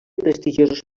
prestigiosos